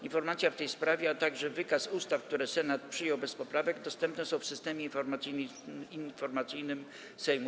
Informacja w tej sprawie, a także wykaz ustaw, które Senat przyjął bez poprawek, dostępne są w Systemie Informacyjnym Sejmu.